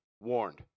warned